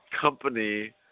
company